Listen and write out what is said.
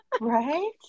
Right